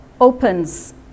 opens